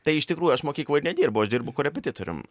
tai iš tikrųjų aš mokykloj ir nedirbu aš dirbu korepetitorium